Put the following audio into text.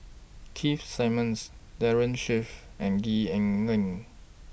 Keith Simmons Daren Shiau and Gwee Ah Leng